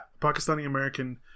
Pakistani-American